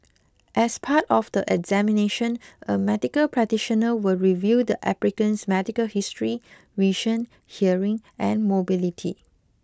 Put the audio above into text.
as part of the examination a medical practitioner will review the applicant's medical history vision hearing and mobility